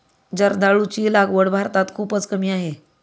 जर्दाळूची लागवड भारतात खूपच कमी आहे